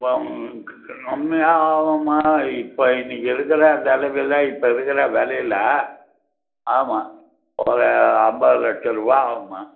இப்போ கம்மியாக ஆகும்மா இப்போ இன்னைக்கு இருக்கிற நிலமைல இப்போ இருக்கிற விலைல ஆமாம் ஒரு ஐம்பது லச்சருவா ஆகும்மா